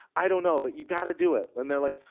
i don't know, but you've got to do it, and they're like,